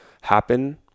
happen